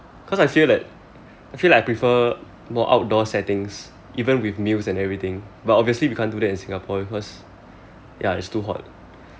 cause I feel that I feel that I prefer more outdoor settings even with meals and everything but obviously we can't do that in singapore because ya it's too hot